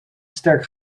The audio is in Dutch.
sterk